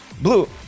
Blue